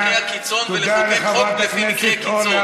את רוצה לקחת את מקרי קיצון ולחוקק חוק לפי מקרי הקיצון.